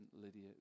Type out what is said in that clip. Lydia